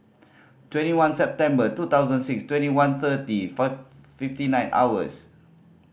twenty one September two thousand six twenty one thirty fifty nine hours